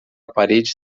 parede